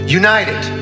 united